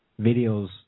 videos